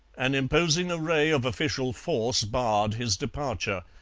an imposing array of official force barred his departure,